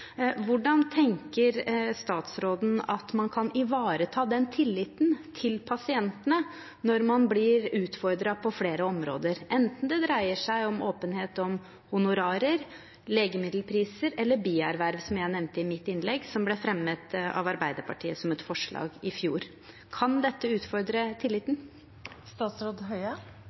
Hvordan tenker statsråden at man kan ivareta tilliten til pasientene når man blir utfordret på flere områder – enten det dreier seg om åpenhet om honorarer, legemiddelpriser eller bierverv, som jeg nevnte i mitt innlegg, som Arbeiderpartiet fremmet et forslag om i fjor? Kan dette utfordre tilliten?